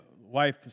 wife